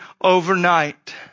overnight